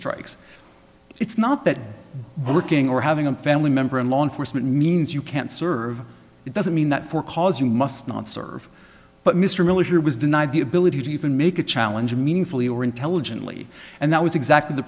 strikes it's not that working or having a family member in law enforcement means you can't serve it doesn't mean that for cause you must not serve but mr miller was denied the ability to even make a challenge meaningfully or intelligently and that was exactly the